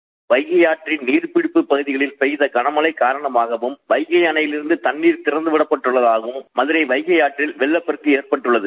seconds Vaigai ஆற்றின் நீர்ப்பிடிப்பு பகுதிகளில் பெய்த கனமழை காரணமாகவும் வைவை அணயிலிருந்து தண்ணீர் திறந்துவிடப்பட்டுள்ளதாலும் மதுரை வைகை ஆற்றில் வெள்ளப்பெருக்கு ஏற்பட்டுள்ளது